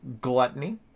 Gluttony